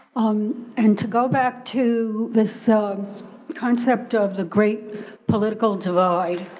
um and to go back to this sort of concept of the great political divide,